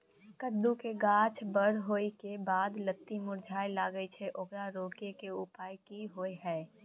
कद्दू के गाछ बर होय के बाद लत्ती मुरझाय लागे छै ओकरा रोके के उपाय कि होय है?